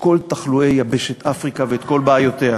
כל תחלואי יבשת אפריקה ואת כל בעיותיה.